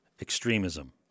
extremism